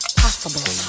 possible